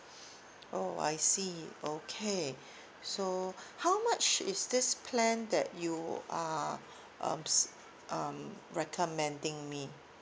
oh I see okay so how much is this plan that you are um s~ uh recommending me